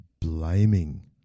blaming